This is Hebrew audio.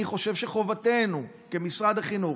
אני חושב שחובתנו כמשרד החינוך,